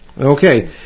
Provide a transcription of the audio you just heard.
Okay